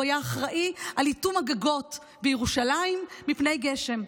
הוא היה אחראי על איטום הגגות בירושלים מפני הגשם.